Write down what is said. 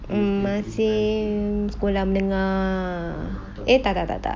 mm masih sekolah menengah eh tak tak tak tak